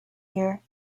year